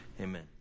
Amen